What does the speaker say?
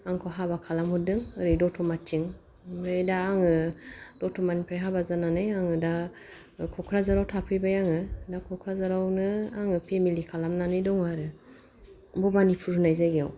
आंखौ हाबा खालामहरदों ओरै दतमाथिं ओमफ्राय दा आङो दतमानिफ्राय हाबा जानानै आङो दा कक्राझाराव थाफैबाय आङो दा कक्राझारावनो आङो फेमिलि खालामनानै दङ आरो भबानिपुर होननाय जायगायाव